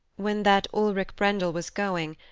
when that ulrick brendel was going,